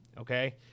okay